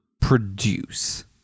produce